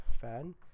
fan